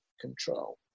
control